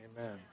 Amen